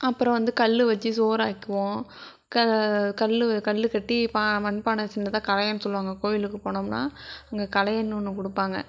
அப்புறம் வந்து கல் வச்சு சோறாக்குவோம் க கல் கல் கட்டி பா மண்பானை சின்னதாக கலயம்னு சொல்லுவாங்க கோவிலுக்கு போனோம்னால் அங்கே கலயம்னு ஒன்று கொடுப்பாங்க